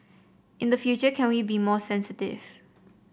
in the future can we be more sensitive